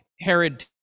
Herod